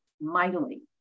mightily